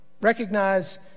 Recognize